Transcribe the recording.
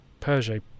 Peugeot